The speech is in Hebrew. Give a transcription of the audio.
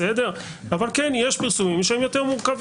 אבל כן, יש פרסומים שהם יותר מורכבים.